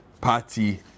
party